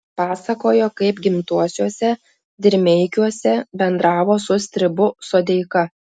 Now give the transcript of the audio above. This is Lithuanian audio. pasakojo kaip gimtuosiuose dirmeikiuose bendravo su stribu sodeika